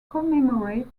commemorate